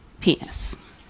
penis